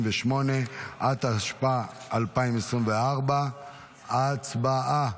68), התשפ"ה 2024. הצבעה.